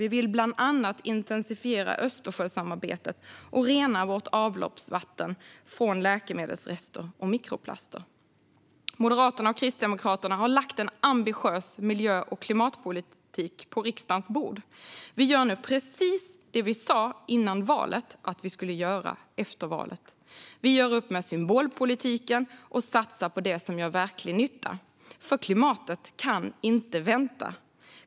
Vi vill bland annat intensifiera Östersjösamarbetet och rena avloppsvattnet från läkemedelsrester och mikroplaster. Moderaterna och Kristdemokraterna har lagt en ambitiös miljö och klimatpolitik på riksdagens bord. Vi gör nu precis det vi sa före valet att vi skulle göra: Vi gör upp med symbolpolitiken och satsar på det som gör verklig nytta, för klimatet kan inte vänta.